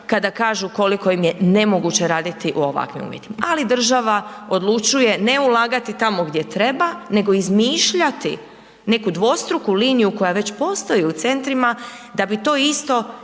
kada kažu koliko im je nemoguće raditi u ovakvim uvjetima. Ali država odlučuje ne ulagati tamo gdje treba nego izmišljati neku dvostruku liniju koja već postoji u centrima da bi to isto